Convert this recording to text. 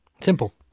simple